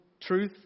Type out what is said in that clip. truth